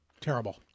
Terrible